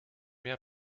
mehr